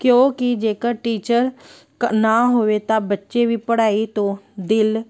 ਕਿਉਂਕਿ ਜੇਕਰ ਟੀਚਰ ਨਾ ਹੋਵੇ ਤਾਂ ਬੱਚੇ ਵੀ ਪੜ੍ਹਾਈ ਤੋਂ ਦਿਲ